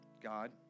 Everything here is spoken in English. God